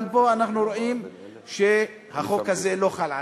אבל פה אנחנו רואים שהחוק הזה לא חל עליהם.